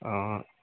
अँ